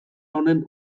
honen